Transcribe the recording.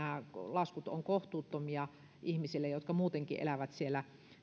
laskut ovat kohtuuttomia ihmisille jotka muutenkin elävät siellä